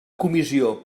comissió